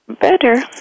Better